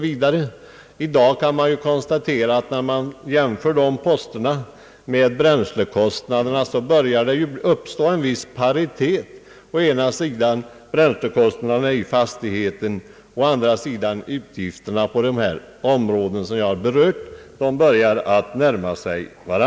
I dag kan man konstatera att det börjar uppstå en viss paritet mellan fastigheternas bränslekostnader och utgifterna på de områden jag nu nämnt.